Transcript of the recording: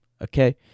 Okay